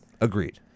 Agreed